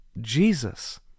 Jesus